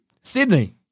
Sydney